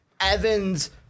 Evans